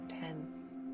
tense